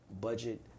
budget